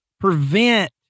prevent